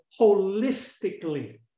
holistically